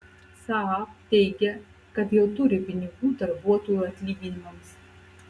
saab teigia kad jau turi pinigų darbuotojų atlyginimams